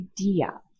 idea